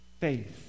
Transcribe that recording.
Faith